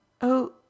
Oh